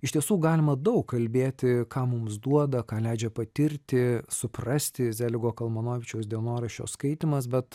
iš tiesų galima daug kalbėti ką mums duoda ką leidžia patirti suprasti zeligo kalmanovičiaus dienoraščio skaitymas bet